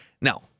Now